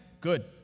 Good